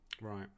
right